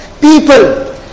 people